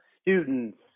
students